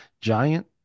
giant